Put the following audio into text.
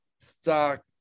Stock